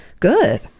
good